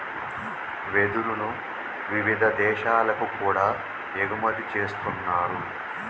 వెదురును వివిధ దేశాలకు కూడా ఎగుమతి చేస్తున్నారు